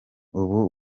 ubu